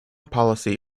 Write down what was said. policy